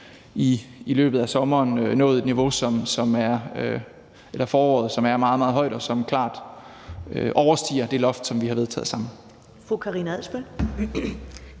i løbet af foråret nået et niveau, som er meget, meget højt, og som klart overstiger det loft, som vi har vedtaget sammen.